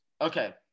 Okay